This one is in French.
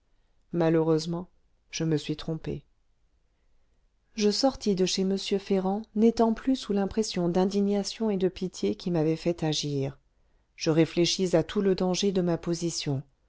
malheureusement je me suis trompé je sortis de chez m ferrand n'étant plus sous l'impression d'indignation et de pitié qui m'avait fait agir je réfléchis à tout le danger de ma position